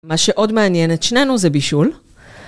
מה שעוד מעניין את שנינו זה בישול.